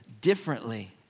differently